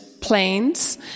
planes